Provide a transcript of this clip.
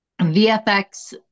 VFX